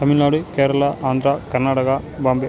Tamil Nadu Kerala Andhra Karnataka Bombay